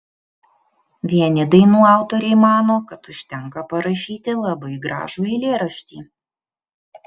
vieni dainų autoriai mano kad užtenka parašyti labai gražų eilėraštį